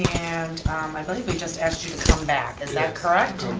and i believe we just asked you to come back, is that correct?